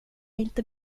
inte